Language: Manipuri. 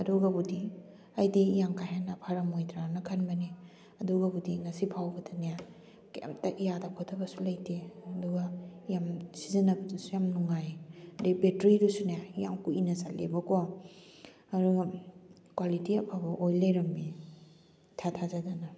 ꯑꯗꯨꯒꯕꯨꯗꯤ ꯑꯩꯗꯤ ꯌꯥꯝ ꯀꯥ ꯍꯦꯟꯅ ꯐꯔꯝꯂꯣꯏꯗ꯭ꯔꯅ ꯈꯟꯕꯅꯤ ꯑꯗꯨꯒꯕꯨꯗꯤ ꯉꯁꯤ ꯐꯥꯎꯕꯗꯅꯦ ꯀꯔꯤꯝꯇ ꯌꯥꯗꯕ ꯈꯣꯠꯇꯕꯁꯨ ꯂꯩꯇꯦ ꯑꯗꯨꯒ ꯌꯥꯝ ꯁꯤꯖꯤꯟꯅꯕꯗꯁꯨ ꯌꯥꯝ ꯅꯨꯡꯉꯥꯏ ꯑꯗꯩ ꯕꯦꯇ꯭ꯔꯤꯗꯨꯁꯨꯅꯦ ꯌꯥꯝ ꯀꯨꯏꯅ ꯆꯠꯂꯦꯕꯀꯣ ꯑꯗꯨꯒ ꯀ꯭ꯋꯥꯂꯤꯇꯤ ꯑꯐꯕ ꯑꯣꯏ ꯂꯩꯔꯝꯃꯦ ꯏꯊꯥ ꯊꯥꯖꯗꯅ